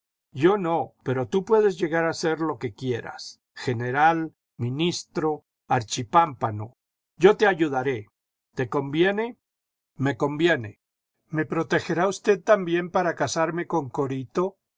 yo no pero tú puedes llegar a ser lo que quieras general ministro archipámpano yo te ayudaré te conviene me conviene me protegerá usted también para casarme con corito